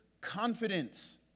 confidence